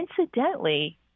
incidentally